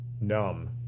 Numb